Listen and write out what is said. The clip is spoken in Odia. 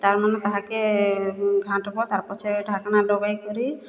ତାର୍ ମାନେ ତାହାକେ ଘାଣ୍ଟ୍ବ ତାର୍ ପଛେ ଢ଼ାକ୍ନା ଲଗେଇ କରି